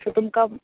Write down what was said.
so तुमकां